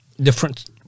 different